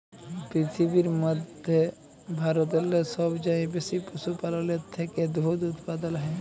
পিরথিবীর ম্যধে ভারতেল্লে সবচাঁয়ে বেশি পশুপাললের থ্যাকে দুহুদ উৎপাদল হ্যয়